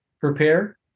prepare